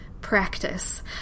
Practice